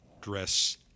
dress